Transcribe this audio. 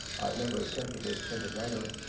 i had never attempted it as a writer,